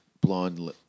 blonde